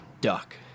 duck